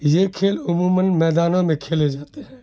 یہ کھیل عموماً میدانوں میں کھیلے جاتے ہیں